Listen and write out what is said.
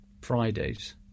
Fridays